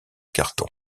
carton